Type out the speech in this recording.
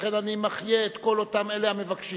ולכן אני מחיה את כל אותם אלה המבקשים.